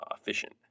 efficient